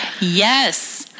Yes